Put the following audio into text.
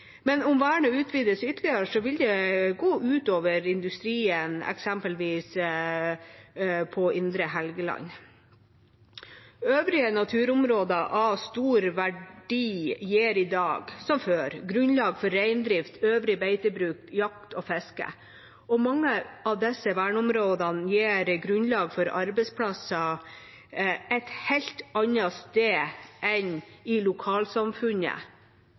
Men om vernet utvides ytterligere, vil det gå ut over industrien, eksempelvis på Indre Helgeland. Øvrige naturområder av stor verdi gir i dag – som før – grunnlag for reindrift, øvrig beitebruk, jakt og fiske, og mange av disse verneområdene gir grunnlag for arbeidsplasser et helt annet sted enn i lokalsamfunnet.